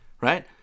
right